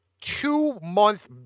two-month